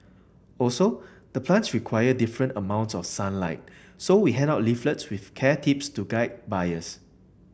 also the plants require different amounts of sunlight so we hand out leaflet with care tips to guide buyers